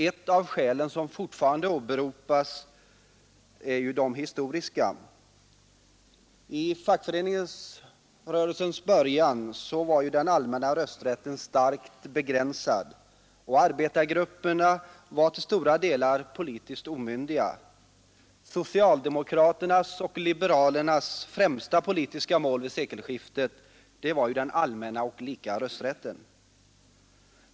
Ett av de skäl som fortfarande åberopas är det historiska. I fackföreningsrörelsens början var den allmänna rösträtten starkt begränsad, och arbetargrupperna var till stora delar politiskt omyndiga. Socialdemokraternas och liberalernas främsta politiska mål vid sekelskiftet var den allmänna och lika rösträtten.